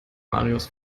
marius